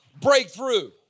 breakthrough